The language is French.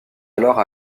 alors